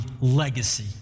legacy